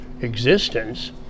existence